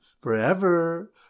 forever